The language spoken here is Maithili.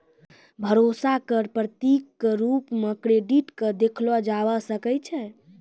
भरोसा क प्रतीक क रूप म क्रेडिट क देखलो जाबअ सकै छै